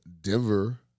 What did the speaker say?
Denver